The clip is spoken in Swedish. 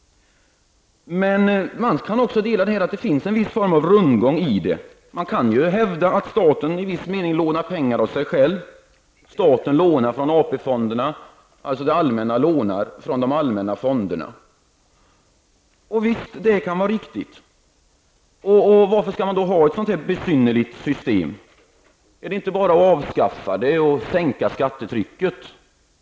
Man kan även dela åsikten att det finns en viss form av rundgång i detta. Man kan hävda att staten i viss mening lånar pengar av sig själv. Staten lånar från AP-fonderna, dvs. det allmänna lånar från de allmänna fonderna. Det kan vara riktigt att göra så. Varför skall man då ha ett sådant här besynnerligt system? Är det inte bara att avskaffa detta och sänka skattetrycket?